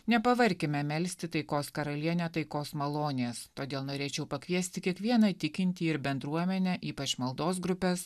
nepavarkime melsti taikos karalienę taikos malonės todėl norėčiau pakviesti kiekvieną tikintįjį ir bendruomenę ypač maldos grupes